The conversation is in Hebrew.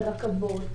רכבות,